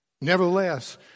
Nevertheless